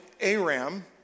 Aram